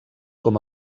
com